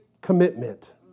Commitment